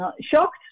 shocked